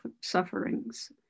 sufferings